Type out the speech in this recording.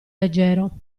leggero